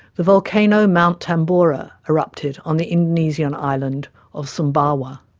the volcano, mount tambora, erupted on the indonesian island of sumbawa.